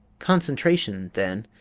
concentration, then,